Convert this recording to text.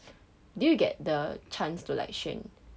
did you get the chance to like 选